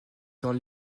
dans